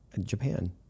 Japan